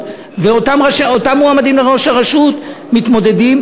ואותם מועמדים לראש הרשות מתמודדים,